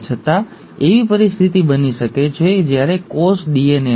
હવે એક કોષ વિભાજિત થઈને અનેક કોષો આપશે પરંતુ જ્યાં સુધી ઘા બંધ હોય ત્યાં સુધી તે વધવા માંડે છે